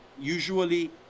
usually